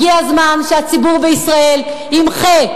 הגיע הזמן שהציבור בישראל ימחה,